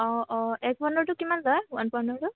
অঁ অঁ এক পাউণ্ডৰটো কিমান লয় ওৱান পাউণ্ডৰটো